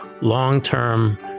long-term